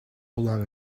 belong